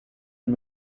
and